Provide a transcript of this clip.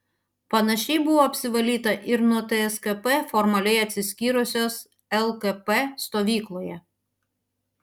panašiai buvo apsivalyta ir nuo tskp formaliai atsiskyrusios lkp stovykloje